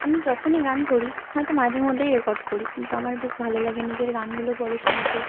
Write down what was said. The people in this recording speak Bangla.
আমি যখনই গান করি হয়তো মাঝে মধ্যেই রেকর্ড করি কিন্তু আমার বেশ ভালো লাগে নিজের গানগুলো পরে শুনতে